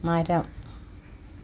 മരം